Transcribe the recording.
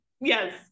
Yes